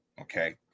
Okay